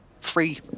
free